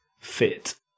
fit